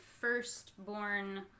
firstborn